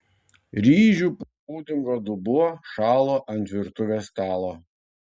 ryžių pudingo dubuo šalo ant virtuvės stalo